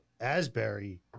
Asbury